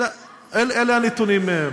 אלה הנתונים היום.